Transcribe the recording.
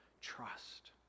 trust